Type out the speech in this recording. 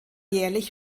jährlich